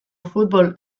futbol